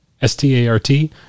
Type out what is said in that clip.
S-T-A-R-T